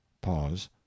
pause